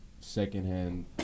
secondhand